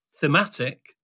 thematic